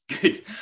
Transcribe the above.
Good